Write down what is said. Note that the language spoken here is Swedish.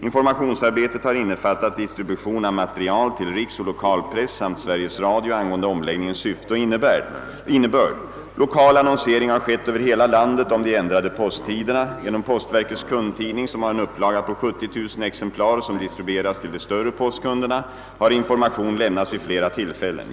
Informationsarbetet har innefattat distribution av material till riksoch lokalpress samt Sveriges Radio angående omläggningens syfte och innebörd. Lokal annonsering har skett över hela landet om de ändrade posttiderna. Genom postverkets kundtidning, som har en upplaga på 70 000 exemplar och som distribueras till de större postkunderna, har information lämnats vid flera tillfällen.